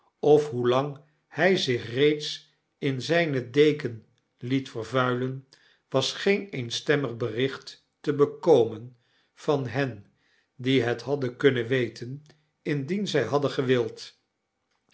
of hoelang hij zich reeds in zijne deken liet vervuilen was geen eenstemmig bericht te bekomen van hen die het hadden kunnen weten indien zij hadden gewild